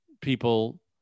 people